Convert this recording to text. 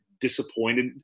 disappointed